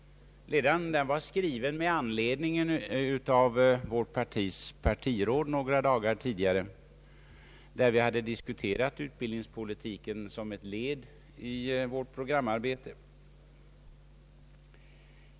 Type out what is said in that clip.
Ledaren var skriven med anledning av att vårt partis partiråd några dagar tidigare hade «diskuterat utbildningspolitiken som ett led i vårt programarbete.